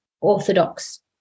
orthodox